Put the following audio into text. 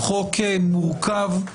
חוק מורכב,